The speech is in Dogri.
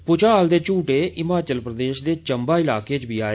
भूचाल दे झूटे हिमाचल प्रदेश दे चम्बा इलाके च बी आए